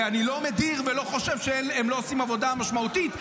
ואני לא מדיר ולא חושב שהם לא עושים עבודה משמעותית,